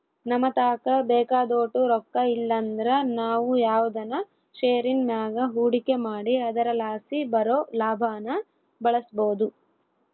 ನಮತಾಕ ಬೇಕಾದೋಟು ರೊಕ್ಕ ಇಲ್ಲಂದ್ರ ನಾವು ಯಾವ್ದನ ಷೇರಿನ್ ಮ್ಯಾಗ ಹೂಡಿಕೆ ಮಾಡಿ ಅದರಲಾಸಿ ಬರೋ ಲಾಭಾನ ಬಳಸ್ಬೋದು